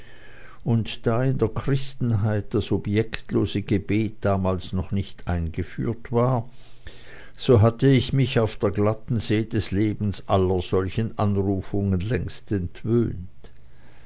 und da in der christenheit das objektlose gebet damals noch nicht eingeführt war so hatte ich mich auf der glatten see des lebens aller solcher anrufungen längst entwöhnt